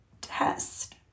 test